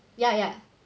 ya ya